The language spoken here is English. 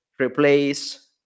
replace